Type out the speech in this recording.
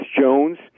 Jones